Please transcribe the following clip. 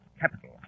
Capital